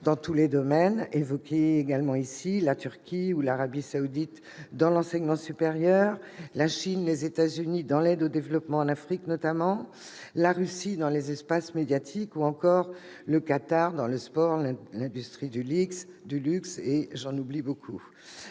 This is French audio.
dans tous les domaines : la Turquie ou l'Arabie saoudite dans l'enseignement supérieur, la Chine et les États-Unis dans l'aide au développement en Afrique notamment, la Russie dans les espaces médiatiques, ou encore le Qatar dans le sport, l'industrie du luxe. Le budget proposé